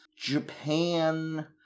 Japan